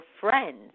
friends